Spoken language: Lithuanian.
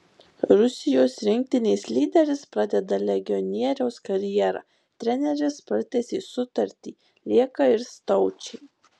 rusijos rinktinės lyderis pradeda legionieriaus karjerą treneris pratęsė sutartį lieka ir staučė